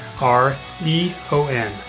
R-E-O-N